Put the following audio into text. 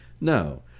No